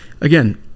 Again